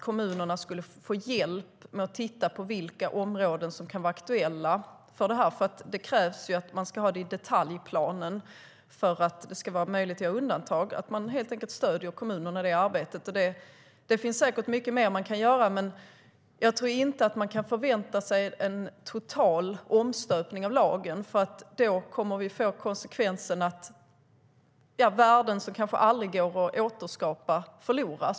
Kommunerna skulle få hjälp med att se vilka områden som kan vara aktuella. Det krävs ju att det ska finnas med i detaljplanen för att det ska vara möjligt att göra undantag. Kommunerna skulle helt enkelt få stöd i det arbetet. Det finns säkert mycket mer som kan göras, men jag tror inte att man kan förvänta sig en total omstöpning av lagen. Då kan konsekvensen bli att värden som aldrig går att återskapa förloras.